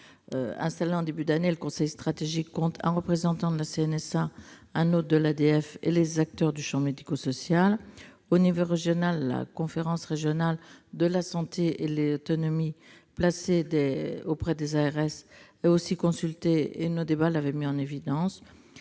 installé en début d'année, ce conseil stratégique compte un représentant de la CNSA, un autre de l'ADF et des acteurs du champ médico-social. Au niveau régional, la Conférence régionale de la santé et de l'autonomie placée auprès des ARS doit être consultée, comme nos débats l'avaient mis en évidence.